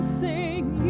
sing